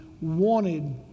wanted